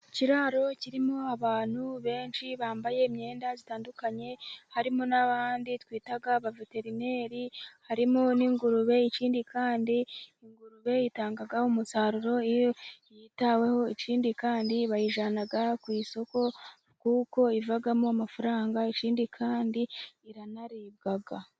Ikiraro kirimo abantu benshi bambaye imyenda itandukanye, harimo na ba bandi twita abaveterineri. Harimo n'ingurube. Ikindi kandi, ingurube itanga umusaruro iyo yitaweho. Ikindi kandi bayijyana ku isoko kuko ivamo amafaranga. Ikindi kandi iranaribwa.